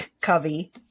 Covey